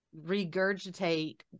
regurgitate